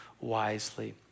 wisely